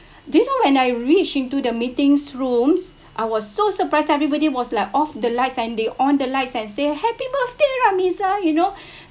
do you know when I reach into the meetings rooms I was so surprised everybody was like off the light and they on the lights and say happy birthday ramizah you know